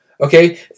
Okay